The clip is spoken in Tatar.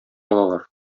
алалар